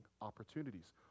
opportunities